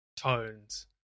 tones